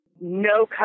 No